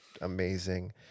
amazing